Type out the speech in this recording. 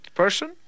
person